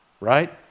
Right